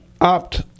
opt